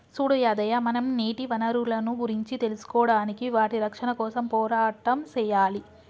సూడు యాదయ్య మనం నీటి వనరులను గురించి తెలుసుకోడానికి వాటి రక్షణ కోసం పోరాటం సెయ్యాలి